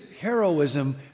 heroism